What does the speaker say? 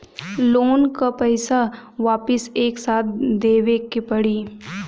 Loan का पईसा वापिस एक साथ देबेके पड़ी?